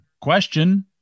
question